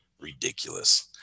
ridiculous